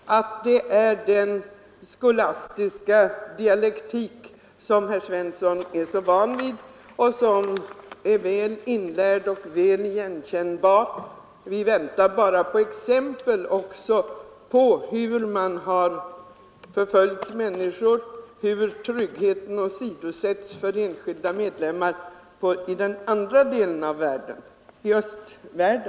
Herr talman! Jag vill bara invända att vad vi fick ta del av var den skolastiska dialektik som herr Svensson är så van vid att utöva. Den är väl inlärd och väl igenkännbar. Nu väntar vi bara på exempel på hur man i den andra delen av världen — östvärlden — förföljt människor och på hur tryggheten där åsidosatts för enskilda medborgare.